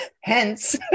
hence